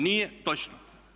Nije točno!